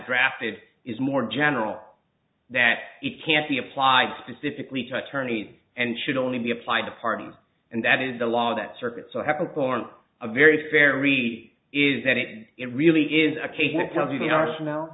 drafted is more general that it can't be applied specifically to attorneys and should only be applied to parties and that is the law that circuit so happen for a very very is that it it really is a case that tells you the